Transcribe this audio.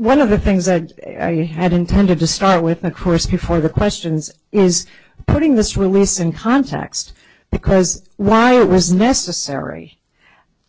one of the things that he had intended to start with a course before the questions is putting this release in context because why it was necessary